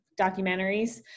documentaries